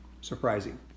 surprising